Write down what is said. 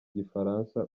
gifaransa